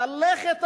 ללכת אחורה,